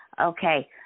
okay